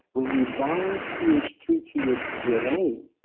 when you bind c h three to your dna,